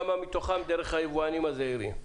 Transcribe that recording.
כמה מתוכן דרך היבואנים הזעירים.